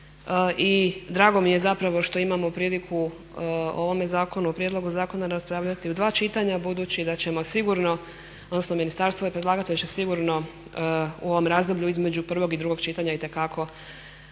I drago mi je zapravo što imamo priliku o ovome zakonu, o prijedlogu zakona raspravljati u dva čitanja budući da ćemo sigurno, odnosno ministarstvo je predlagatelj će sigurno u ovom razdoblju između prvog i drugog čitanja itekako